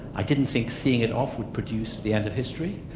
i didn't think seeing it off would produce the end of history,